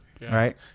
Right